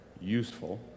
useful